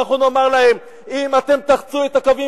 אנחנו נאמר להם: אם אתם תחצו את הקווים,